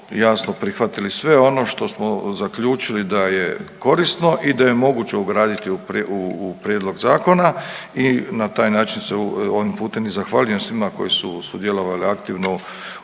jasno prihvatili sve ono što smo zaključili da je korisno i da je moguće ugraditi u prijedlog zakona i na taj način se ovim putem i zahvaljujem svima koji su sudjelovali aktivno